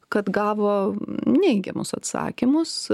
kad gavo neigiamus atsakymus